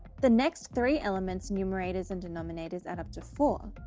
the next three elements numerators and denominators add up to four.